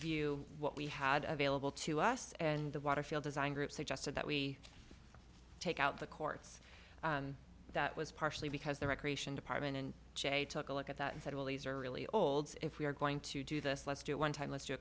view what we had available to us and the water field design group suggested that we take out the courts that was partially because the recreation department and jay took a look at that and said well these are really old if we are going to do this let's do it one time let